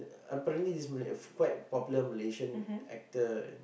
apparently this Malay quite popular Malaysian actor